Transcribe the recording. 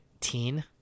teen